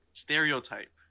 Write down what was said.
stereotype